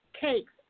cakes